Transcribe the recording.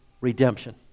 redemption